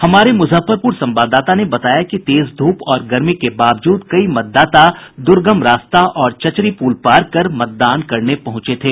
हमारे मुजफ्फरपुर संवाददाता ने बताया कि तेज धूप और गर्मी के बावजूद कई मतदाता दुर्गम रास्ता और चचरी पुल पार कर मतदान करने पहुंचे थे